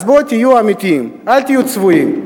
אז בואו תהיו אמיתיים, אל תהיו צבועים,